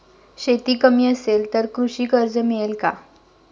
शेती कमी असेल तर कृषी कर्ज मिळेल का?